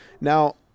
Now